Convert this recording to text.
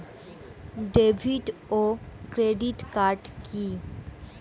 David ও credit card কি?